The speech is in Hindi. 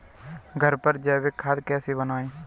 घर पर जैविक खाद कैसे बनाएँ?